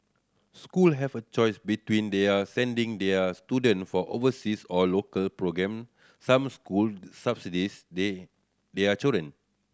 school have a choice between their sending their students for overseas or local programme some school subsidise they their children